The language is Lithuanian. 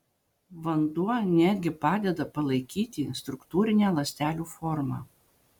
vanduo net gi padeda palaikyti struktūrinę ląstelių formą